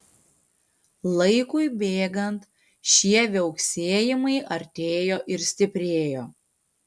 laikui bėgant šie viauksėjimai artėjo ir stiprėjo